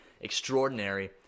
extraordinary